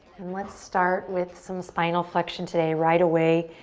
and let's start with some spinal flexion today right away,